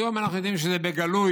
היום אנחנו יודעים שזה בגלוי.